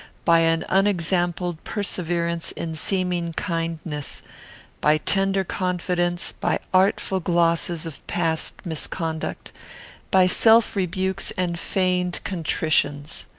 by an unexampled perseverance in seeming kindness by tender confidence by artful glosses of past misconduct by self-rebukes and feigned contritions.